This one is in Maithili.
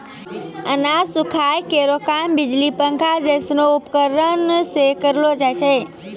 अनाज सुखाय केरो काम बिजली पंखा जैसनो उपकरण सें करलो जाय छै?